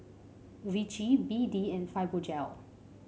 Vichy B D and Fibogel